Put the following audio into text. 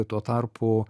tuo tarpu